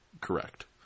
correct